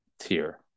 tier